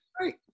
right